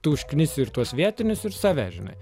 tu užknisi ir tuos vietinius ir save žinai